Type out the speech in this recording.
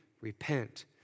repent